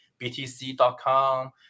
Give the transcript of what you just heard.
btc.com